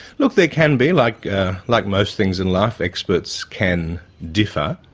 look, there can be. like like most things in life, experts can differ.